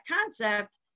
concept